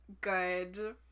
good